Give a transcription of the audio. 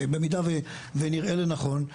במידה ונראה לנכון,